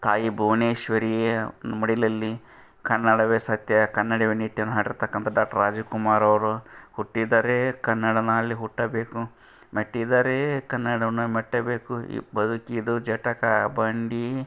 ತಾಯಿ ಭುವನೇಶ್ವರಿಯ ಮಡಿಲಲ್ಲಿ ಕನ್ನಡವೇ ಸತ್ಯ ಕನ್ನಡವೇ ನಿತ್ಯನ ಹಾಡಿರ್ತಕ್ಕಂಥ ಡಾಕ್ಟರ್ ರಾಜಕುಮಾರ್ ಅವರು ಹುಟ್ಟಿದರೇ ಕನ್ನಡ ನಾಡಲ್ಲಿ ಹುಟ್ಟಬೇಕು ಮೆಟ್ಟಿದರೇ ಕನ್ನಡ ಮಣ್ಣ ಮೆಟ್ಟಬೇಕು ಈ ಬದುಕಿದು ಜಟಕಾ ಬಂಡಿ